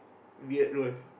weird role